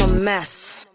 and mess.